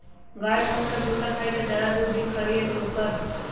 गाय कौन सा भूसा खाई त ज्यादा दूध दी खरी या चोकर?